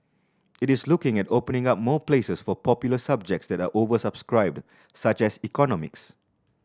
it is looking at opening up more places for popular subjects that are oversubscribed such as economics